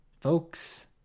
Folks